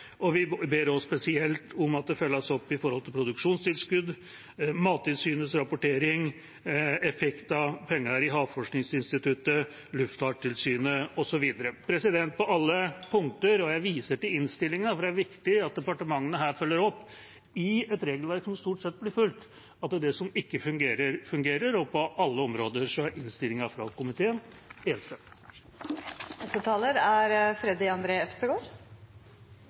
og vi ber spesielt om at det følges opp når det gjelder produksjonstilskudd, Mattilsynets rapportering, effekt av penger i Havforskningsinstituttet, Luftfartstilsynet osv. På alle punkter, og jeg viser til innstillinga – for det er viktig at departementene her følger opp innen et regelverk som stort sett blir fulgt, slik at det som ikke fungerer, fungerer – og på alle områder er innstillinga fra komiteen